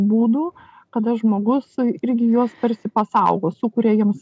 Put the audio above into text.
būdų kada žmogus irgi juos tarsi pasaugos sukuria jiems